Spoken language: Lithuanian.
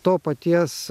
to paties